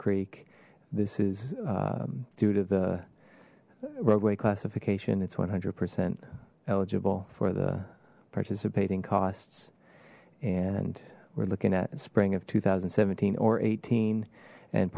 creek this is due to the roadway classification it's one hundred percent eligible for participating costs and we're looking at spring of two thousand and seventeen or eighteen and